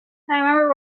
remember